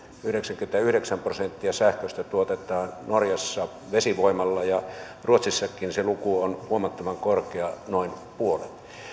yhdeksänkymmentäyhdeksän prosenttia sähköstä tuotetaan norjassa vesivoimalla ja ruotsissakin se luku on huomattavan korkea noin puolet